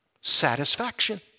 Satisfaction